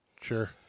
sure